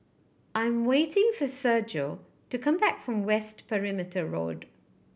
I'm waiting for Sergio to come back from West Perimeter Road